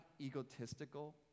egotistical